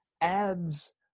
adds